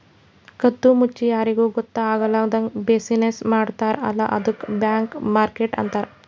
ಕದ್ದು ಮುಚ್ಚಿ ಯಾರಿಗೂ ಗೊತ್ತ ಆಗ್ಲಾರ್ದಂಗ್ ಬಿಸಿನ್ನೆಸ್ ಮಾಡ್ತಾರ ಅಲ್ಲ ಅದ್ದುಕ್ ಬ್ಲ್ಯಾಕ್ ಮಾರ್ಕೆಟ್ ಅಂತಾರ್